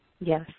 yes